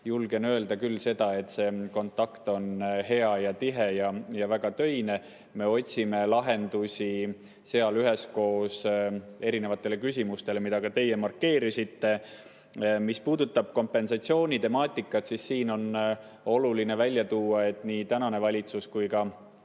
julgen öelda küll seda, et see kontakt on hea, tihe ja väga töine. Me otsime seal üheskoos lahendusi erinevatele küsimustele, mida teie markeerisite. Mis puudutab kompensatsioonitemaatikat, siis siin on oluline välja tuua, et nii tänane valitsus kui ka